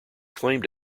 claimed